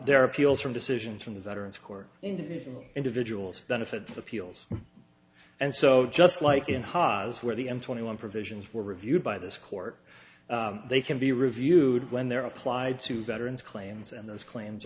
their appeals from decisions from the veteran's corps individual individuals benefit to the peals and so just like in ha's where the m twenty one provisions were reviewed by this court they can be reviewed when they're applied to veterans claims and those claims